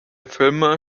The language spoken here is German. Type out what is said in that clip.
filme